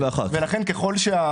אני לא מסתכל על זה ככה,